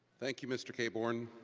thank you, mr. caborn.